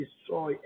destroy